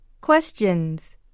Questions